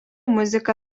muziką